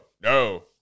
no